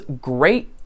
great